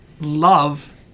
love